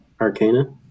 Arcana